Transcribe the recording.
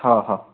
हा हा